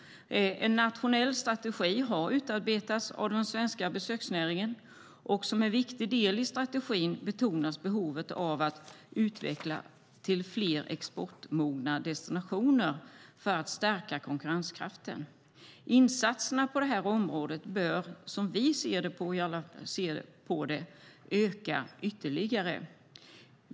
En nationell strategi har utarbetats av den svenska besöksnäringen. Som en viktig del i strategin betonas behovet av att utveckla fler exportmogna destinationer för att stärka konkurrenskraften. Insatserna på det här området bör, som vi ser det, öka ytterligare.